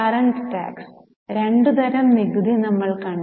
current tax രണ്ട് തരം നികുതി നമ്മൾ കണ്ടു